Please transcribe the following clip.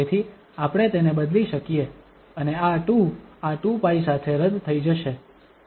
તેથી આપણે તેને બદલી શકીએ અને આ 2 આ 2𝜋 સાથે રદ થઈ જશે